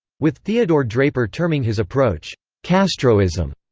with theodore draper terming his approach castroism,